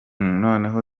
noneho